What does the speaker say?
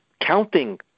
counting